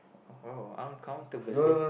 oh uncountable eh